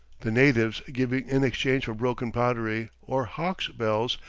the natives giving in exchange for broken pottery or hawks' bells,